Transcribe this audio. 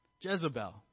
Jezebel